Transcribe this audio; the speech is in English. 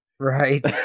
Right